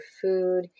food